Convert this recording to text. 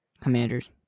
Commanders